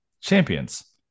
champions